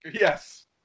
Yes